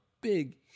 big